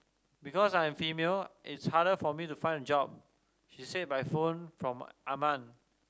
because I am female it's harder for me to find job she said by phone from Amman